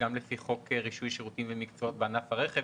גם לפי חוק רישוי שירותים ומקצועות בענף הרכב,